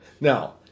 Now